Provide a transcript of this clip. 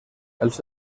els